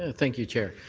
ah thank you, chair.